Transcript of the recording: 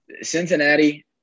Cincinnati